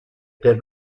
per